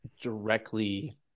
directly